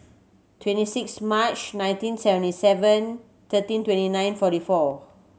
twenty six March nineteen seventy seven thirteen twenty nine forty four